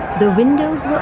the windows were